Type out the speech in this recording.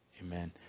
Amen